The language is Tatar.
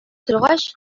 торгач